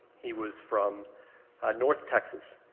he was from north texas.